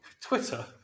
Twitter